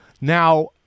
now